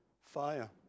fire